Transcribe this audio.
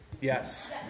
Yes